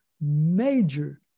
major